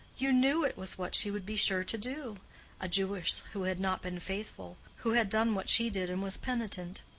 you knew it was what she would be sure to do a jewess who had not been faithful who had done what she did and was penitent.